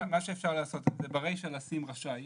מה שאפשר לעשות זה ברישה של סעיף 5